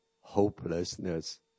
hopelessness